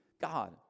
God